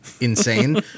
Insane